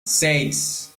seis